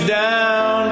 down